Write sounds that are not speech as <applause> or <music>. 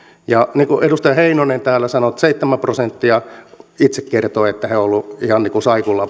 ja niin kuin edustaja heinonen täällä sanoi seitsemän prosenttia itse kertoo että he ovat olleet ihan saikulla <unintelligible>